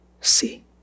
see